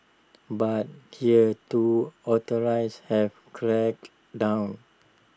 but here too authorize have cracked down